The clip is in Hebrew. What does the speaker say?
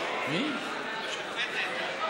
השופטת.